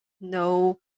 no